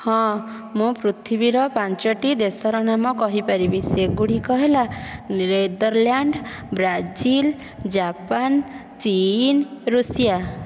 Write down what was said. ହଁ ମୁଁ ପୃଥିବୀର ପାଞ୍ଚୋଟି ଦେଶର ନାମ କହିପାରିବି ସେଗୁଡ଼ିକ ହେଲା ନେଦରଲ୍ୟାଣ୍ଡ ବ୍ରାଜିଲ ଜାପାନ ଚୀନ ରୁଷିଆ